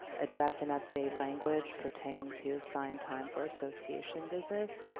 address and update language pertaining to assigned time for association business.